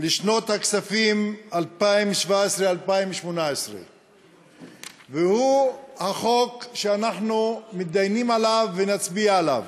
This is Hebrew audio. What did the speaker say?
לשנות הכספים 2017 2018. הוא החוק שאנחנו מידיינים עליו ונצביע עליו.